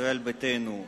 ישראל ביתנו,